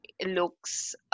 looks